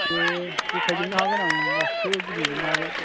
दे देखायजोबनो हागोन आं गासैखौबो गिदिंजोबनो हागोन